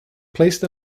placed